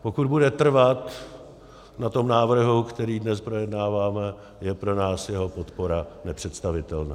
Pokud bude trvat na tom návrhu, který dnes projednáváme, je pro nás jeho podpora nepředstavitelná.